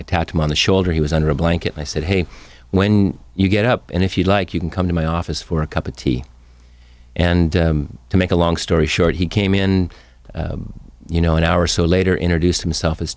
tapped him on the shoulder he was under a blanket i said hey when you get up and if you like you can come to my office for a cup of tea and to make a long story short he came in you know an hour or so later introduced himself